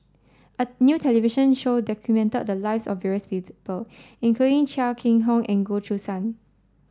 a new television show documented the lives of various people including Chia Keng Hock and Goh Choo San